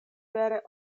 vere